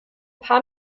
paar